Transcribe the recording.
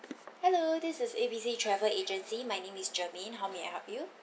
hello this is A B C travel agency my name is germaine how may I help you